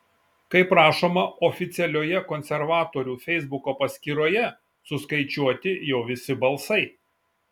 kaip rašoma oficialioje konservatorių feisbuko paskyroje suskaičiuoti jau visi balsai